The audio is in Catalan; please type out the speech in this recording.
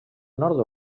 nord